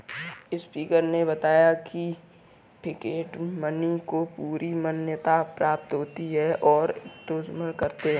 speaker ने बताया की फिएट मनी को पूरी मान्यता प्राप्त होती है और इस्तेमाल करते है